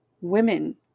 women